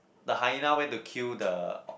the hyena went to kill the